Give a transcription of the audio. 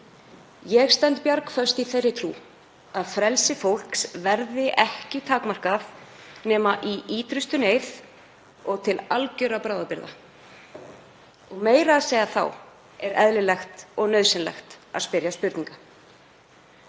Ég stend bjargföst í þeirri trú að frelsi fólks verði ekki takmarkað nema í ýtrustu neyð og til algjörra bráðabirgða. Meira að segja þá er eðlilegt og nauðsynlegt að spyrja spurninga.